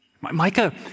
Micah